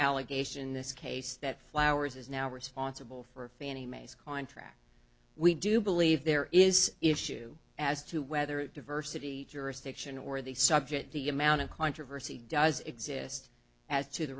allegation in this case that flower's is now responsible for fannie mae's contract we do believe there is issue as to whether diversity jurisdiction or the subject the amount of controversy does exist as to the